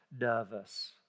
nervous